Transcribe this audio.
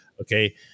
okay